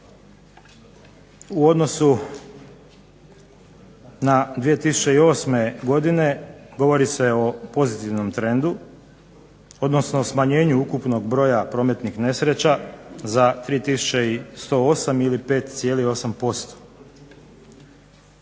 u odnosu na 2008. godine govori se o pozitivnom trendu, odnosno smanjenju ukupnog broja prometnih nesreća za 3108 ili 5,8%.